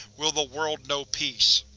will the world know peace.